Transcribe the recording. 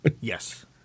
Yes